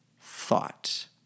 thought